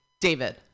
David